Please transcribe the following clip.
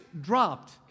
dropped